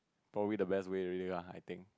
probably the best way already lah I think